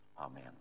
Amen